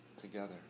Together